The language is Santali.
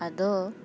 ᱟᱫᱚ